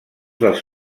dels